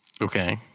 Okay